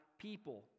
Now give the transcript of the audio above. people